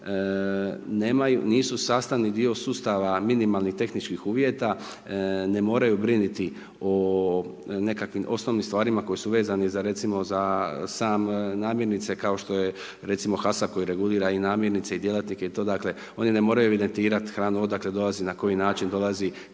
nisu sastavni dio sustava minimalnih tehničkih uvjeta ne moraju brinuti o nekakvim osnovnim stvarima koje su vezane za recimo za sam namirnice kao što je recimo HASA koji regulira i namirnice i djelatnike dakle oni ne moraju evidentirati hranu odakle dolazi, na koji način dolazi,